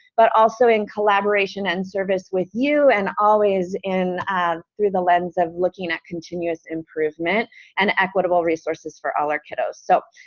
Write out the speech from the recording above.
but also in collaboration and service with you and always in through the lens of looking at continuous improvement and equitable resources for all our kiddos. so,